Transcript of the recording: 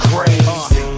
Crazy